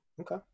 okay